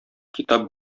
китап